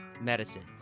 medicine